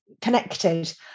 connected